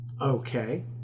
Okay